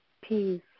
peace